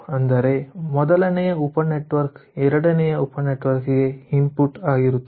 ಅಂದರೆ ಮೊದಲನೆಯ ಉಪ ನೆಟ್ವರ್ಕ್ ಎರಡನೆಯ ಉಪ ನೆಟ್ವರ್ಕ್ ಗೆ ಇನ್ಪುಟ್ಆಗಿರುತ್ತದೆ